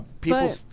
People